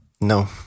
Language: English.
No